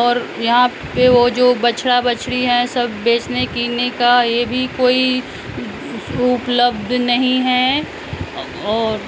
और यहाँ पर वो जो बछड़ा बछड़ी हैं सब बेचने कीनने का ये भी कोई उपलब्ध नहीं है और